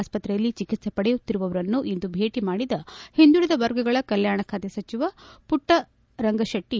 ಆಸ್ಪತ್ರೆಯಲ್ಲಿ ಚಿಕಿತ್ಸೆ ಪಡೆಯುತ್ತಿರುವವರನ್ನು ಇಂದು ಭೇಟಿ ಮಾಡಿದ ಹಿಂದುಳಿದ ವರ್ಗಗಳ ಕಲ್ಕಾಣ ಸಚಿವ ಮಟ್ಟರಂಗಶೆಟ್ಟಿ